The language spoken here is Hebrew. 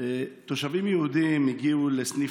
השאלה שלי: תושבים יהודים הגיעו לסניף